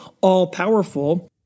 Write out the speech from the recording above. all-powerful